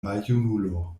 maljunulo